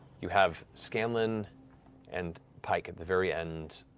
you have scanlan and pike at the very end,